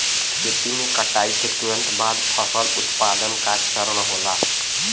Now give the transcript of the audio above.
खेती में कटाई के तुरंत बाद फसल उत्पादन का चरण होला